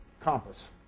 compass